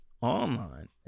online